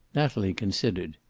natalie considered.